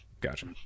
Gotcha